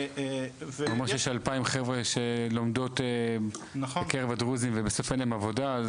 כמו שיש 2,000 חברה שלומדות בקרב הדרוזים ובסוף אין להם עבודה.